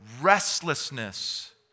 restlessness